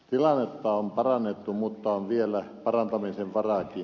tilannetta on parannettu mutta on vielä parantamisen varaakin